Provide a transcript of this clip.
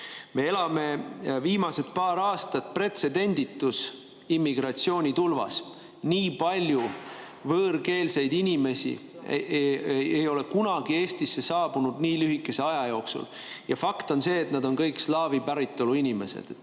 Me oleme viimased paar aastat elanud pretsedenditus immigratsioonitulvas. Nii palju võõrkeelseid inimesi ei ole kunagi Eestisse saabunud nii lühikese aja jooksul ja fakt on see, et nad on kõik slaavi päritolu inimesed.